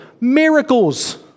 Miracles